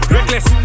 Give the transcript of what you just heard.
Reckless